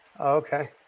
okay